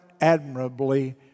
admirably